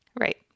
Right